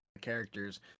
characters